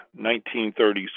1930s